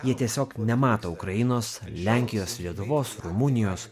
jie tiesiog nemato ukrainos lenkijos lietuvos rumunijos